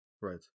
right